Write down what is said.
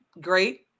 great